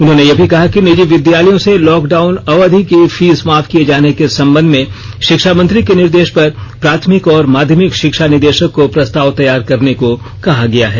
उन्होंने यह भी कहा कि निजी विद्यालयों से लॉक डाउन अवधि की फीस माफ किए जाने के संबंध में शिक्षा मंत्री के निर्देश पर प्राथमिक और माध्यमिक शिक्षा निदेशक को प्रस्ताव तैयार करने को कहा गया है